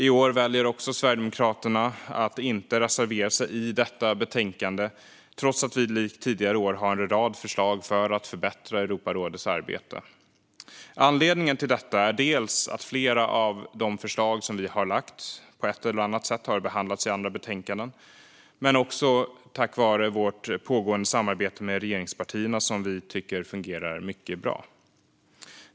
I år väljer vi i Sverigedemokraterna också att inte reservera oss i detta betänkande, trots att vi likt tidigare år har en rad förslag för att förbättra Europarådets arbete. Anledningen är bland annat att flera av de förslag som vi har lagt fram på ett eller annat sätt har behandlats i andra betänkanden, men det är också tack vare vårt pågående samarbete med regeringspartierna som vi tycker fungerar mycket bra.